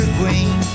green